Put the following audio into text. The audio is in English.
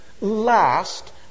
last